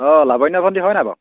অঁ লৱণ্য ভণ্টি হয় নাই বাৰু